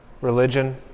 Religion